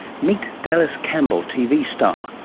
meet dallas campbell, tv star,